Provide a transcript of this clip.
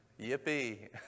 Yippee